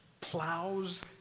plows